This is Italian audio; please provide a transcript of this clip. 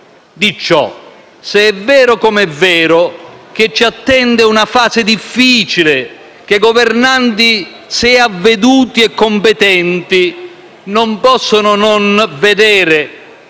di ciò, se è vero come è vero che ci attende una fase difficile, che governanti - se avveduti e competenti - non possono non vedere